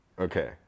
Okay